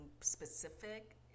specific